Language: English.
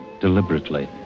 Deliberately